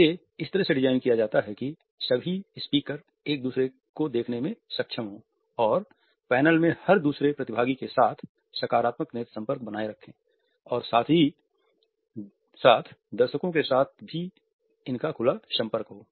इसे इस तरह से डिज़ाइन किया जाता है कि सभी स्पीकर एक दूसरे को देखने में सक्षम हों और पैनल में हर दूसरे प्रतिभागी के साथ सकारात्मक नेत्र संपर्क बनाए रखें और साथ ही साथ दर्शकों के साथ भी इनका खुला संपर्क हो